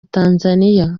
tanzania